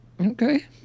Okay